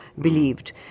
believed